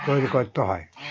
তৈরি করতে হয়